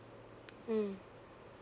mm